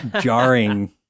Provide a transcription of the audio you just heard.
jarring